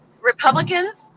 Republicans